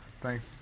Thanks